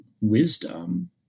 wisdom